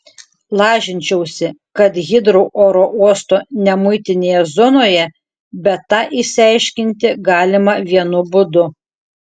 lažinčiausi kad hitrou oro uosto nemuitinėje zonoje bet tą išsiaiškinti galima vienu būdu